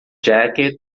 jacket